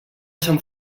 sant